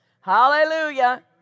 Hallelujah